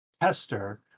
tester